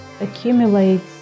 accumulates